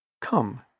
Come